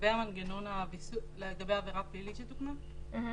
לגבי העבירה הפלילית לדוגמה,